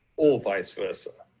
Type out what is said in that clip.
or vice versa.